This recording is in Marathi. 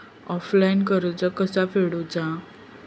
ऑफलाईन कर्ज कसा फेडूचा?